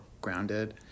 grounded